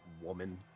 woman